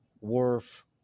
worth